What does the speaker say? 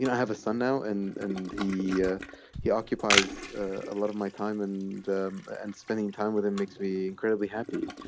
you know have a son now and and the ah he occupies a lot of my time and and spending time with him makes me incredibly happy